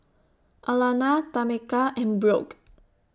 Alanna Tameka and Brooke